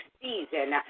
season